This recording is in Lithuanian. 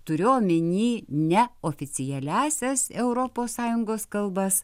turiu omeny ne oficialiąsias europos sąjungos kalbas